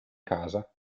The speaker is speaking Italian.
casa